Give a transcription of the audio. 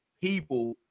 people